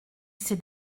s’est